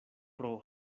pro